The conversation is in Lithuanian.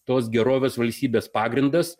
tos gerovės valstybės pagrindas